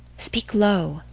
speak low.